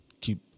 keep